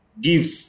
give